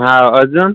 हा अजून